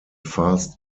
fast